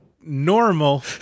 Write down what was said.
normal